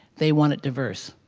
they want it diverse.